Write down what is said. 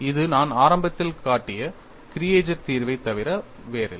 இது நான் ஆரம்பத்தில் காட்டிய கிரியேஜர் தீர்வைத் தவிர வேறில்லை